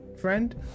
Friend